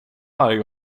varje